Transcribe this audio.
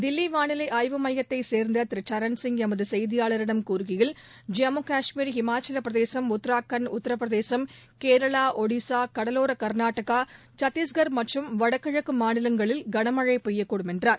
தில்லி வாளிலை ஆய்வு மையத்தைச் சேர்ந்த திரு சரண் சிங் எமது செய்தியாளரிடம் கூறுகையில் ஜம்மு காஷ்மீர் ஹிமாச்சலப்பிரதேசம் உத்ராகண்ட் உத்தரப்பிரதேசம் கேரளா ஒடிசா கடவோர கர்நாடகா சத்தீஷ்கர் மற்றும் வடகிழக்கு மாநிலங்களில் கனமழை பெய்யக்கூடும் என்றார்